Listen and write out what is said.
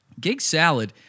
Gigsalad